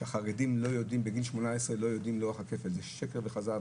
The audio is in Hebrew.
שחרדים בגיל 18 לא יודעים לוח הכפל זה שקר וכזב,